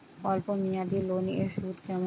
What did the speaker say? অল্প মেয়াদি লোনের সুদ কেমন?